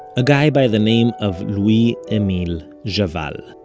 a guy by the name of louis emile javal. but